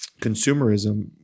consumerism